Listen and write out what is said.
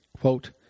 quote